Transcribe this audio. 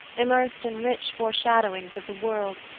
immersed in rich foreshadowings of the world,